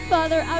Father